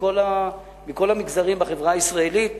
מכל המגזרים בחברה הישראלית,